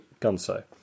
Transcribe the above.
Gunso